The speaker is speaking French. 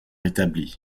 établi